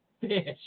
fish